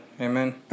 Amen